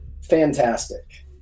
fantastic